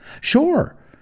sure